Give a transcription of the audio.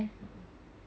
mmhmm